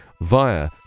via